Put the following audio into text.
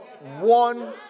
One